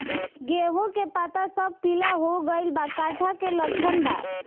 गेहूं के पता सब पीला हो गइल बा कट्ठा के लक्षण बा?